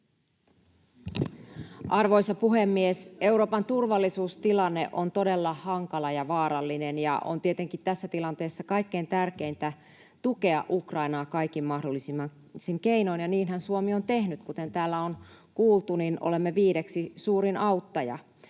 Arvoisa puhemies! Euroopan turvallisuustilanne on todella hankala ja vaarallinen, ja on tietenkin tässä tilanteessa kaikkein tärkeintä tukea Ukrainaa kaikin mahdollisin keinoin, ja niinhän Suomi on tehnyt. Kuten täällä on kuultu, olemme viidenneksi suurin auttaja.